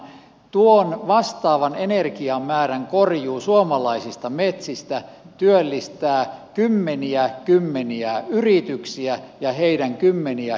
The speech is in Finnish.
tuon vastaavan energiamäärän korjuu suomalaisista metsistä työllistää kymmeniä kymmeniä yrityksiä ja heidän kymmeniä kymmeniä työntekijöitään